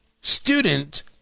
student